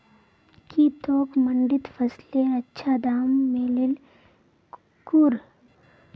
की तोक मंडीत फसलेर अच्छा दाम मिलील कु